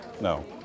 no